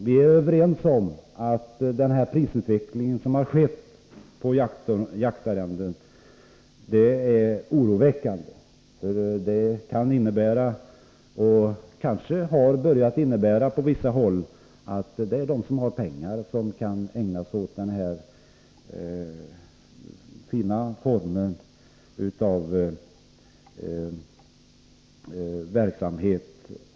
Vi är överens om att den prisutveckling som skett på jaktarrenden är oroväckande. Den kan innebära — har kanske redan på vissa håll börjat innebära — att det är de som har pengar som kan ägna sig åt denna fina form av verksamhet.